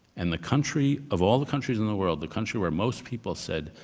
and the country, of all the countries in the world, the country where most people said,